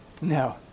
No